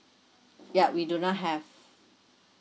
yup we do not have